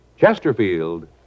Chesterfield